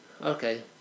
Okay